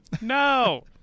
No